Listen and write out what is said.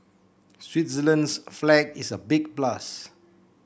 Switzerland's flag is a big plus